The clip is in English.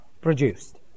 produced